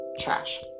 trash